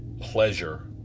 pleasure